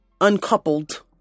uncoupled